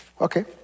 Okay